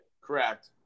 Correct